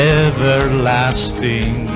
everlasting